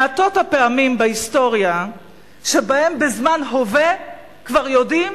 מעטות הפעמים בהיסטוריה שבהן בזמן הווה כבר יודעים